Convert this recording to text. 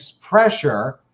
pressure